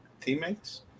teammates